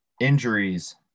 injuries